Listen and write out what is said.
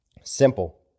simple